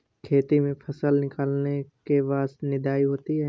खेती में फसल निकलने के बाद निदाई होती हैं?